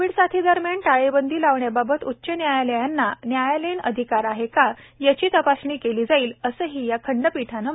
Covid साथी दरम्यान टाळेबंदी लावण्याबाबत उच्च न्यायालयांना न्यायालयीन अधिकार आहे का याची तपासणी केली जाईल असंही या खंडपीठानं म्हटलं आहे